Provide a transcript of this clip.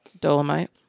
Dolomite